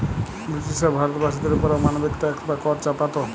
ব্রিটিশরা ভারতবাসীদের ওপর অমানবিক ট্যাক্স বা কর চাপাত